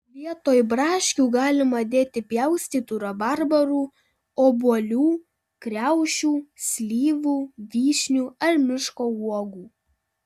vietoj braškių galima dėti pjaustytų rabarbarų obuolių kriaušių slyvų vyšnių ar miško uogų